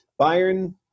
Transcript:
Bayern